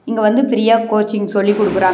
இங்கே வந்து ஃப்ரீயாக கோச்சிங் சொல்லிக் கொடுக்குறாங்க